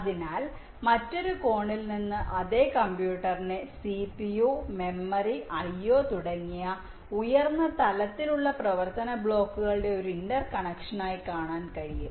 അതിനാൽ മറ്റൊരു കോണിൽ നിന്ന് അതേ കമ്പ്യൂട്ടറിനെ CPU മെമ്മറി IO തുടങ്ങിയ ഉയർന്ന തലത്തിലുള്ള പ്രവർത്തന ബ്ലോക്കുകളുടെ ഒരു ഇന്റർ കണക്ഷനായി കാണാൻ കഴിയും